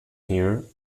here